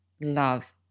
love